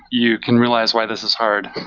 you can realize why this is hard,